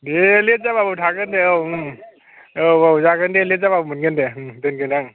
दे लेट जाबाबो थागोन दे औ औ औ जागोन दे लेट जाबाबो मोनगोन दे दोनगोन आं